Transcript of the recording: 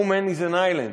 No Man Is an Island: